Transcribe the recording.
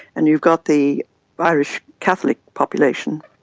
and you've got the irish catholic population,